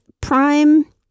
Prime